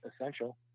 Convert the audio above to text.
essential